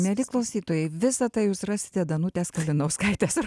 mieli klausytojai visą tai jūs rasite danutės kalinauskaitės ar